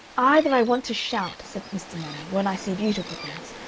either i want to shout, said mr. manning, when i see beautiful things,